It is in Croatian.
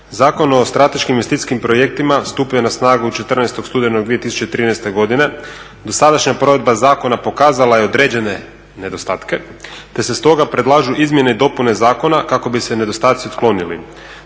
Zakon o strateškim investicijskim projektima stupio je na snagu 14.studenog 2013.godine, dosadašnja provedba zakona pokazala je određene nedostatke te se stoga predlažu izmjene i dopune zakona kako bi se nedostaci otklonili.